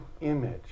image